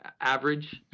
average